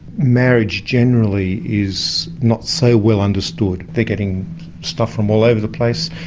marriage generally is not so well understood. they're getting stuff from all over the place.